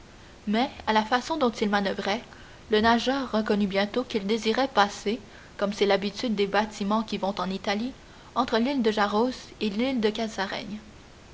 mais à la façon dont il manoeuvrait le nageur reconnut bientôt qu'il désirait passer comme c'est l'habitude des bâtiments qui vont en italie entre l'île de jaros et l'île de